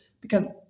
Because-